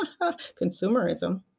consumerism